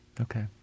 Okay